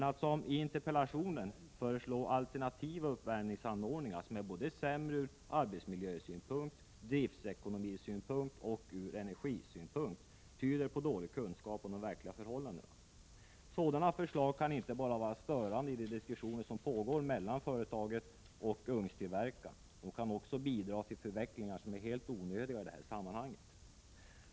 Att föreslå alternativa uppvärmningsanordningar som är sämre ur såväl arbetsmiljösynpunkt som driftsekonomioch energisynpunkt, vilket görs i interpellationen, tyder på dålig kunskap om de verkliga förhållandena. Sådana förslag kan inte bara vara störande i de diskussioner som pågår mellan företaget och ugnstillverkaren. De kan också bidra till förvecklingar som är helt onödiga i det här sammanhanget.